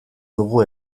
dugu